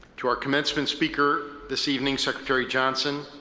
to our commencement speaker this evening, secretary johnson,